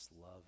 love